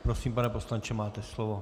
Prosím, pane poslanče, máte slovo.